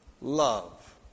love